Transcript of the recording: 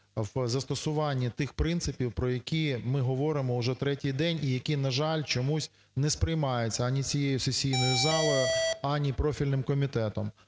в застосуванні тих принципів, про які ми говоримо вже третій день і які, на жаль, чомусь не сприймаються ані цією сесійною залою, ані профільним комітетом.